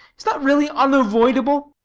is that really unavoidable?